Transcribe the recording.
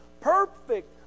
perfect